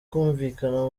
kumvikana